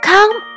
Come